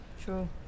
True